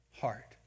heart